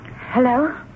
Hello